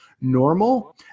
normal